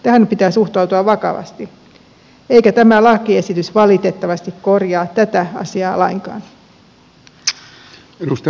tähän pitää suhtautua vakavasti eikä tämä lakiesitys valitettavasti korjaa tätä asiaa lainkaan